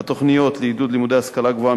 התוכניות לעידוד לימודי השכלה גבוהה